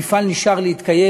המפעל נשאר ומתקיים,